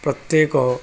ପ୍ରତ୍ୟେକ